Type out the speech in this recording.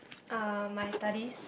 uh my studies